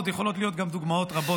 עוד יכולות להיות דוגמאות רבות,